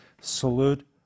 salute